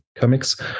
comics